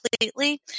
completely